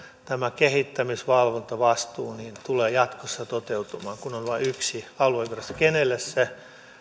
tämä kehittämisvalvontavastuu tulee jatkossa toteutumaan kun on vain yksi aluevirasto kenelle se